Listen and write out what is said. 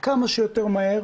כמה שיותר מהר